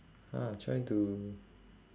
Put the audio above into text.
ah trying to